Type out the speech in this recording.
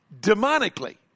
demonically